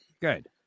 good